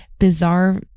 bizarre